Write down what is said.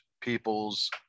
people's